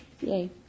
Yay